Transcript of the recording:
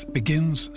begins